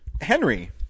Henry